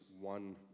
one